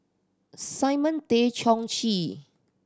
Simon Tay Seong Chee